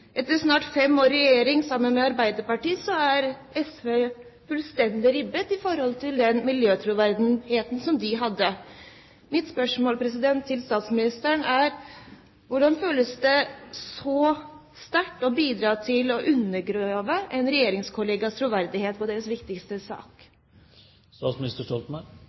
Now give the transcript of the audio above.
Etter snart fem år i regjering sammen med Arbeiderpartiet er SV fullstendig ribbet for den miljøtroverdigheten de hadde. Mitt spørsmål til statsministeren er: Hvordan føles det å bidra så sterkt til å undergrave en regjeringskollegas troverdighet på deres viktigste